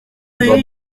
rue